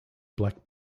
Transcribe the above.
black